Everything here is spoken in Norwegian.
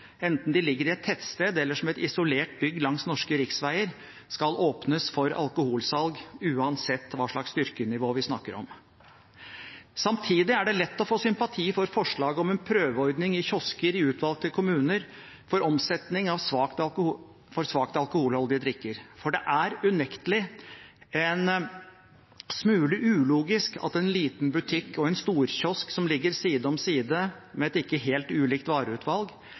enten de ligger i et tettsted eller som et isolert bygg langs norske riksveier, skal åpnes for alkoholsalg, uansett hvilket styrkenivå vi snakker om. Samtidig er det lett å få sympati for forslaget om en prøveordning i kiosker i utvalgte kommuner med omsetning av svakt alkoholholdige drikker, for det er unektelig en smule ulogisk at en liten butikk og en storkiosk som ligger side ved side, med et ikke helt ulikt vareutvalg,